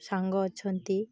ସାଙ୍ଗ ଅଛନ୍ତି